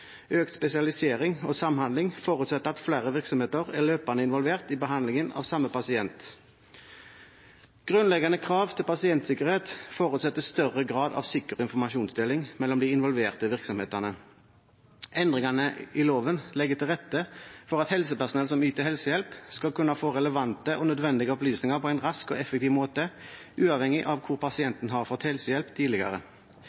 Økt spesialisering og samhandling forutsetter at flere virksomheter er løpende involvert i behandlingen av samme pasient. Grunnleggende krav til pasientsikkerhet forutsetter en større grad av sikker informasjonsdeling mellom de involverte virksomhetene. Endringene i loven legger til rette for at helsepersonell som yter helsehjelp, skal kunne få relevante og nødvendige opplysninger på en rask og effektiv måte, uavhengig av hvor